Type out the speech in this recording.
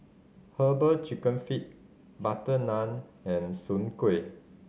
Herbal Chicken Feet butter naan and Soon Kueh